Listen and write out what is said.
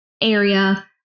area